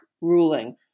ruling